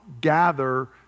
gather